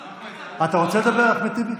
אתה רוצה לדבר, אחמד טיבי?